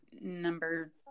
number